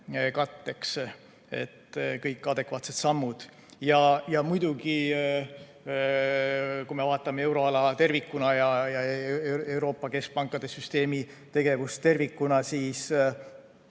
katteks. Kõik adekvaatsed sammud! Muidugi, kui me vaatame euroala tervikuna ja Euroopa Keskpankade Süsteemi tegevust tervikuna, siis